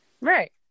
Right